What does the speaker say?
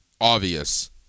obvious